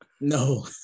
No